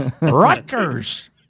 Rutgers